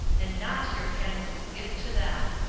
and not hyrcanus's gift to them.